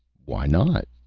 why not?